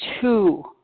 two